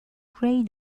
gray